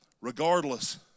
regardless